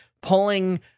pulling